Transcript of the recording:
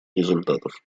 результатов